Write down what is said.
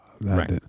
Right